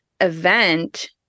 event